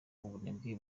ubunebwe